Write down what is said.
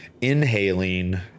inhaling